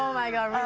um my gosh.